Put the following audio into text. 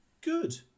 good